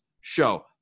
show